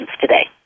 today